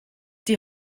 die